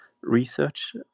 research